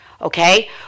okay